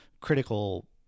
critical